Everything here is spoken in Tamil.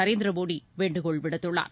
நரேந்திர மோடி வேண்டுகோள் விடுத்துள்ளார்